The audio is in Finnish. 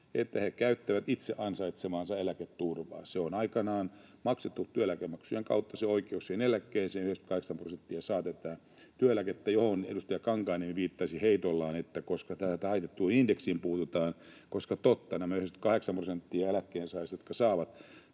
että he käyttävät itse ansaitsemaansa eläketurvaa. Oikeus eläkkeeseen on aikanaan maksettu työeläkemaksujen kautta. 98 prosenttia saa tätä työeläkettä, johon edustaja Kankaanniemi viittasi heitollaan, että koska tähän taitettuun indeksiin puututaan. Totta, nämä 98 prosenttia eläkkeensaajista, jotka saavat